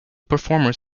performers